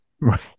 Right